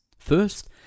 First